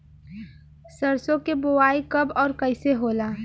सरसो के बोआई कब और कैसे होला?